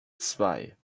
zwei